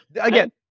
Again